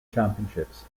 championships